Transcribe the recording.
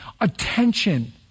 attention